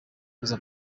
kuza